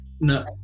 no